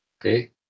okay